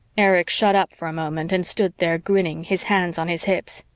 erich shut up for a moment and stood there grinning, his hands on his hips.